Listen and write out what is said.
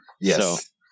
Yes